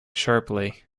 sharply